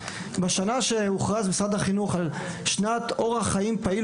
בשנה שמשרד החינוך הכריז על אורח חיים פעיל